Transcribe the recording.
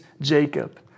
Jacob